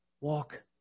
walk